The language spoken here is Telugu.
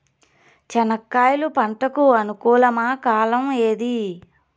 చెనక్కాయలు పంట కు అనుకూలమా కాలం ఏది?